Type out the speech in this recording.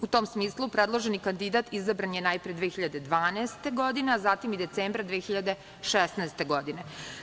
U tom smislu, predloženi kandidat izabran je najpre 2012. godine, a za tim i decembra 2016. godine.